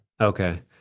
Okay